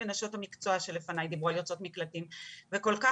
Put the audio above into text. נשות המקצוע שלפניי דיברו על יוצאות מקלטים